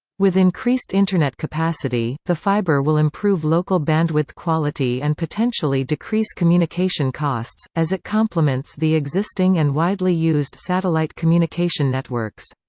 with increased internet capacity, the fiber will improve local bandwidth quality and potentially decrease communication costs, as it complements the existing and widely used satellite communication networks.